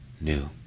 new